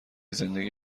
زندگی